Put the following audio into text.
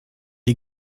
est